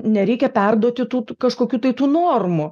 nereikia perduoti tų kažkokių tai tų normų